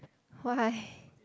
why